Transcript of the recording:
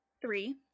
Three